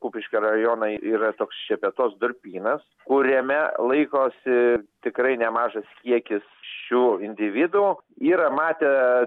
kupiškio rajonai yra toks šepetos durpynas kuriame laikosi tikrai nemažas kiekis šių individų yra matę